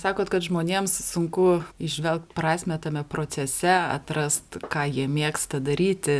sakot kad žmonėms sunku įžvelgt prasmę tame procese atrast ką jie mėgsta daryti